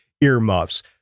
earmuffs